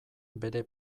bere